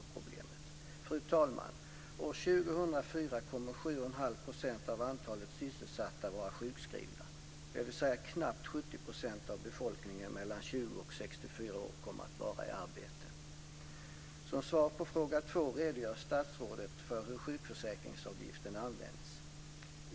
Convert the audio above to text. Fru talman! År 2004 kommer 7,5 % av antalet sysselsatta att vara sjukskrivna, dvs. knappt 70 % av befolkningen mellan 20 och 64 år kommer att vara i arbete. Som svar på fråga två redogör statsrådet för hur sjukförsäkringsavgifterna används.